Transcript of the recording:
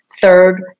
Third